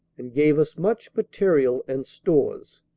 and gave us much material and stores,